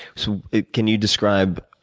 so can you describe,